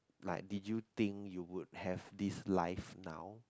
like did you think you would have this life now